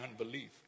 unbelief